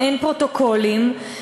ואין פרוטוקולים,